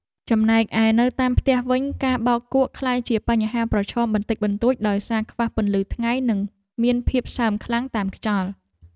ចំណែកឯនៅតាមផ្ទះវិញការបោកគក់ក្លាយជាបញ្ហាប្រឈមបន្តិចបន្តួចដោយសារខ្វះពន្លឺថ្ងៃ និងមានភាពសើមខ្លាំងតាមខ្យល់។